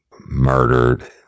murdered